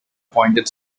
pointed